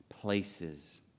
places